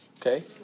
okay